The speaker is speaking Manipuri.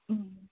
ꯎꯝ